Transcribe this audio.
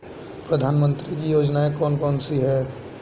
प्रधानमंत्री की योजनाएं कौन कौन सी हैं?